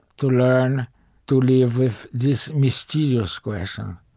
to learn to live with this mysterious question,